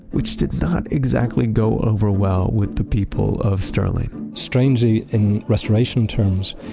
which did not exactly go over well with the people of stirling strangely in restoration terms,